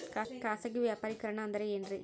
ಖಾಸಗಿ ವ್ಯಾಪಾರಿಕರಣ ಅಂದರೆ ಏನ್ರಿ?